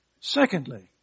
Secondly